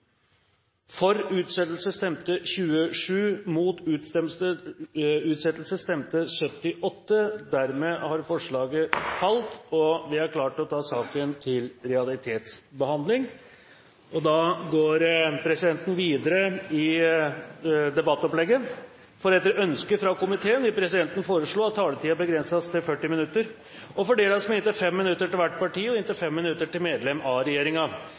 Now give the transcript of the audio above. for de tre regjeringspartiene og Fremskrittspartiet vil stemme mot utsettelsesforslaget. Forslaget har falt, og vi er klare til å ta saken til realitetsbehandling. Presidenten går da videre i debattopplegget. Etter ønske fra komiteen vil presidenten foreslå at taletiden begrenses til 40 minutter og fordeles med inntil 5 minutter til hvert parti og inntil 5 minutter til medlem av